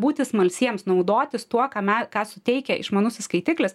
būti smalsiems naudotis tuo ką na ką suteikia išmanusis skaitiklis